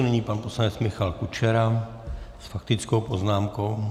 Nyní pan poslanec Michal Kučera s faktickou poznámkou.